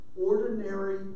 ordinary